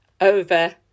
over